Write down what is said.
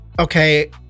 okay